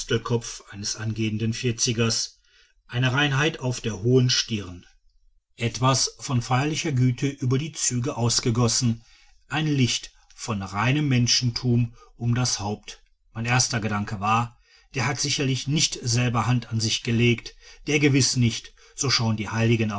apostelkopf eines angehenden vierzigers eine reinheit auf der hohen stirn etwas von feierlicher güte über die züge ausgegossen ein licht von reinem menschentum um das haupt mein erster gedanke war der hat sicherlich nicht selber hand an sich gelegt der gewiß nicht so schauen die heiligen